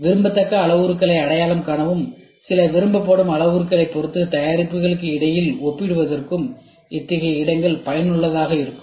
விரும்பத்தக்க அளவுருக்களை அடையாளம் காணவும் சில விரும்பப்படும் அளவுருக்களைப் பொறுத்து தயாரிப்புகளுக்கு இடையில் ஒப்பிடுவதற்கும் இத்தகைய இடங்கள் பயனுள்ளதாக இருக்கும்